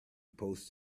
post